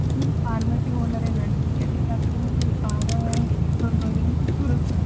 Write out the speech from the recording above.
మీరు ఫార్మసీ ఓనరేనా అండి అది నాకు బాగా రెండు రోజుల నుంచి